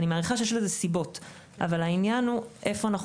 אני מעריכה שיש לזה סיבות אבל העניין הוא איפה אנחנו